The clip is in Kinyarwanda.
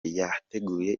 yateguye